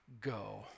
go